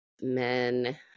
men